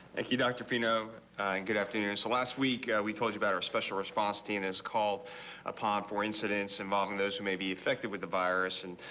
thank you doctor pina and get after years last week we talked about our special response team is called upon four incidents among those who may be infected with the virus and.